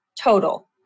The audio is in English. total